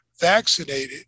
vaccinated